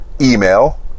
email